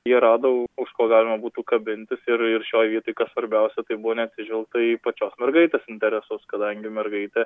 jie rado už ko galima būtų kabintis ir ir šioj vietoj kas svarbiausia tai buvo neatsižvelgta į pačios mergaitės interesus kadangi mergaitė